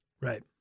Right